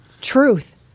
Truth